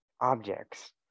objects